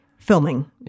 filming